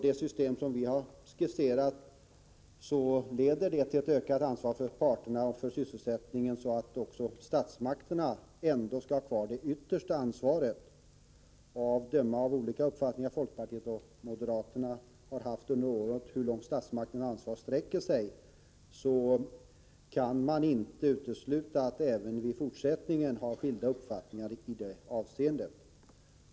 Det system som vi har skisserat leder till ett ökat ansvar för parterna i fråga om sysselsättningen, så att statsmakterna ändå skall ha kvar det yttersta ansvaret. Att döma av de olika uppfattningar folkpartiet och moderata samlingspartiet framfört under åren när det gäller hur långt statsmakternas ansvar sträcker sig, kan man inte utesluta att vi även i fortsättningen kommer att ha skilda uppfattningar i det avseendet.